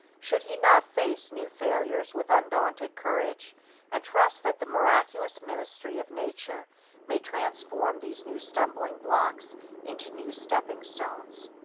should he not face new failures with undaunted courage and trust that the miraculous ministry of nature may transform these new stumbling-blocks into new stepping-stones?